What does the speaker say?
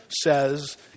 says